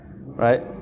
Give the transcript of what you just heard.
right